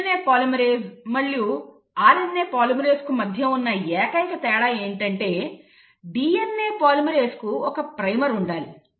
DNA polymerase మరియు RNA పాలిమరేస్కు మధ్య ఉన్న ఏకైక తేడా ఏమిటంటే DNA పాలిమరేస్కు ఒక ప్రైమర్ ఉండాలి